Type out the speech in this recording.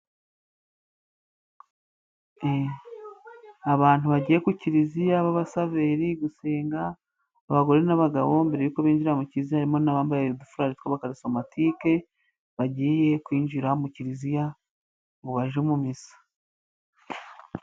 Abantu bagiye ku kiriziya b'abasaveri gusenga. Abagore n'abagabo mbere y'uko binjira mu kiriziya harimo n'abambaye udufurari tw'abakarisomatike bagiye kwinjira mu kiriziya ngo bajye mu misa.